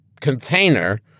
container